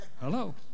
Hello